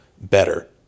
better